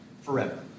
forever